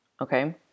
okay